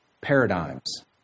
paradigms